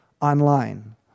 online